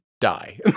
Die